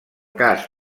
cas